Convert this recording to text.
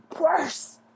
worse